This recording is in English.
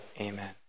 Amen